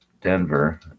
Denver